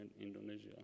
Indonesia